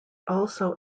also